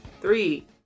Three